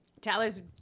Tyler's